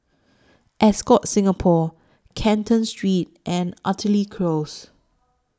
Ascott Singapore Canton Street and Artillery Close